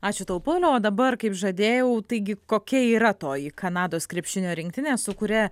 ačiū tau pauliau o dabar kaip žadėjau taigi kokia yra toji kanados krepšinio rinktinė su kuria